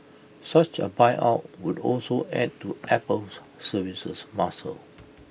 such A buyout would also add to Apple's services muscle